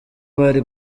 bari